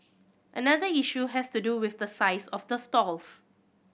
another issue has to do with the size of the stalls